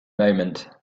moment